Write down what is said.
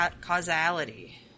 Causality